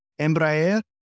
Embraer